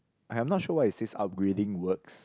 I am not sure is this upgrading works